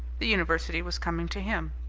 the university was coming to him.